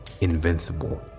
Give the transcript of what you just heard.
invincible